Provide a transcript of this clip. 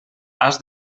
has